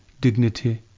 dignity